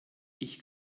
ich